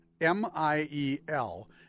M-I-E-L